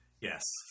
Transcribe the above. Yes